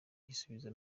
igihozo